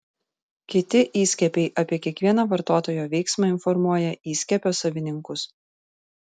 kiti įskiepiai apie kiekvieną vartotojo veiksmą informuoja įskiepio savininkus